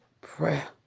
prayer